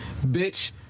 bitch